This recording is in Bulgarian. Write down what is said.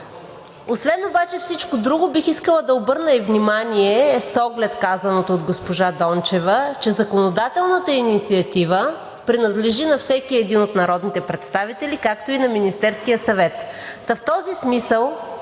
освен всичко друго, бих искала да обърна внимание с оглед на казаното от госпожа Дончева, че законодателната инициатива принадлежи на всеки един от народните представители, както и на Министерския съвет.